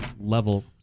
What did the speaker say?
level